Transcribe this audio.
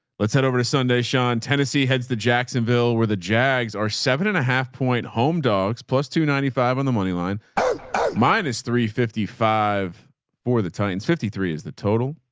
let's head over to sunday, sean tennessee heads, the jacksonville, where the jags are seven and a half point home dogs. plus two ninety five on the money line. mine is three fifty five for the titans. fifty three is the total